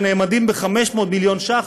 הנאמדים ב-500 מיליון ש"ח,